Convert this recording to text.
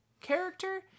character